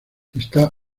está